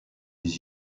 his